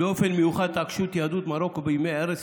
באופן מיוחד את התעקשות יהדות מרוקו בימי ערש